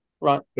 Right